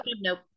Nope